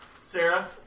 Sarah